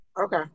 Okay